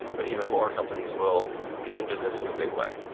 but even more companies will get into this in a big way.